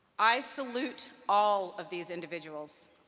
i salute all of these individuals,